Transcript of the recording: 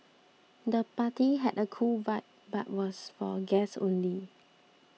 the party had a cool vibe but was for guests only